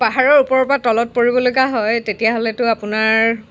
পাহাৰৰ ওপৰৰ পৰা তলত পৰিব লগা হয় তেতিয়াহ'লেতো আপোনাৰ